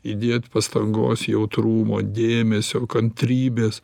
įdėt pastangos jautrumo dėmesio kantrybės